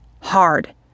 hard